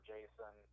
Jason